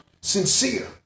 sincere